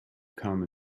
come